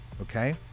okay